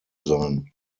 sein